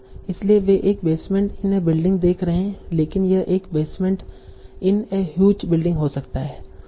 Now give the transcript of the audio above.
इसलिए वे एक बेसमेंट इन ए बिल्डिंग देख रहे हैं लेकिन यह एक basement in a huge building हो सकता है